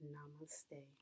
Namaste